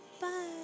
Bye